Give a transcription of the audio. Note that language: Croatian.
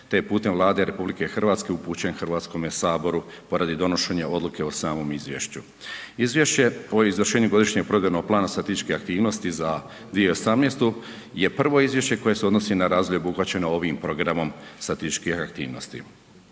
je putem Vlade RH upućen Hrvatskome saboru radi donošenja odluke o samom izvješće. Izvješće o izvršenju godišnjeg provedbenog plana statističkih aktivnosti za 2018. je prvo izvješće koje se odnosi na razdoblje obuhvaćeno ovim programom statističkih aktivnosti.